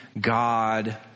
God